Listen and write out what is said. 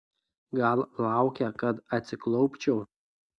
gal laukia kad atsiklaupčiau